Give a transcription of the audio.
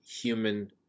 human